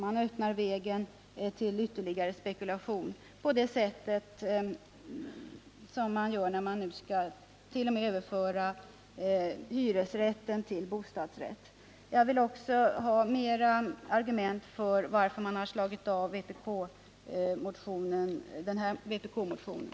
Man öppnar vägen till ytterligare spekulation när man exempelvis vill överföra hyresrätt till bostadsrätt. Jag vill också ha mer argument för varför man avstyrkt den här vpk-motionen.